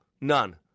none